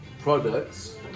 products